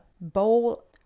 bowl